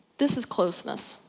this is closeness,